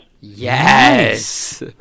Yes